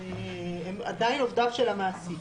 הם עדיין עובדיו של המעסיק.